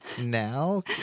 now